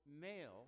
male